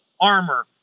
armor